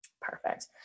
Perfect